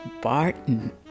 Barton